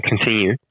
continue